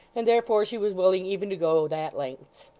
and therefore she was willing even to go that lengths.